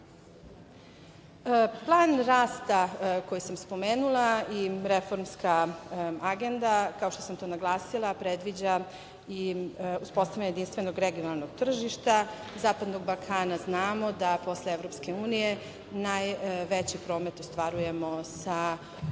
rasta koji sam spomenula i reformska agenda, kao što sam to naglasila, predviđa uspostavljanje jedinstvenog regionalnog tržišta zapadnog Balkana. Znamo da posle EU najveći prometi ostvarujemo sa